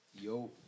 yo